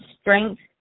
strength